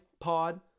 Pod